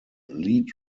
lead